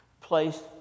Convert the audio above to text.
Place